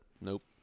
Nope